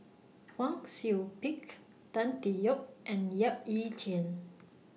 Wang Sui Pick Tan Tee Yoke and Yap Ee Chian